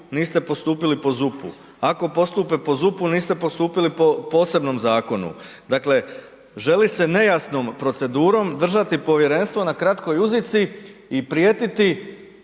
niste postupili po ZUP-u, ako postupe po ZUP-u, niste postupili po posebnom zakonu. Dakle želi se nejasnom procedurom držati povjerenstvo na kratkoj uzici i prijetiti